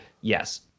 Yes